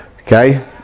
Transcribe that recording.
okay